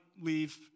leave